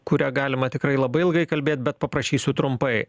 kurią galima tikrai labai ilgai kalbėt bet paprašysiu trumpai